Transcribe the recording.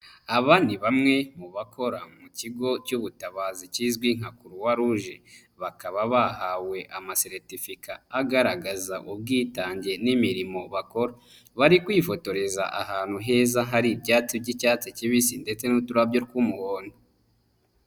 Aba ni bamwe mu bakora mu kigo cy'ubutabazi kizwi nka Croix Rouge, bakaba bahawe amaseretifika agaragaza ubwitange n'imirimo bakora, bari kwifotoreza ahantu heza hari ibyatsi by'icyatsi kibisi ndetse n'uturabyo tw'umuhondo.